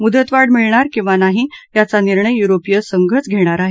मुदतवाढ मिळणार किंवा नाही याघा निर्णय युरोपीय संघच घेणार आहे